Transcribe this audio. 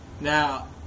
Now